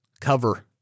cover